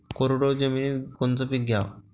कोरडवाहू जमिनीत कोनचं पीक घ्याव?